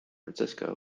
francisco